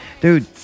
Dude